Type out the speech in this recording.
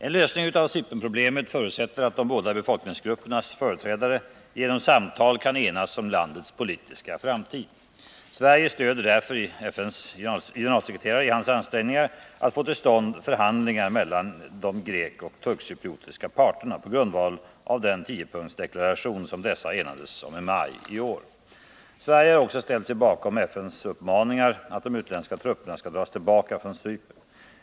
En lösning av Cypernproblemet förutsätter att de båda befolkningsgruppernas företrädare genom samtal kan enas om landets politiska framtid. Sverige stöder därför FN:s generalsekreterare i hans ansträngningar att få till stånd förhandlingar mellan de grekoch turkcypriotiska parterna på grundval av den 10-punktsdeklaration som dessa enades om i maj i år. Sverige har också ställt sig bakom FN:s uppmaningar att de utländska trupperna skall dras tillbaka från Cypern.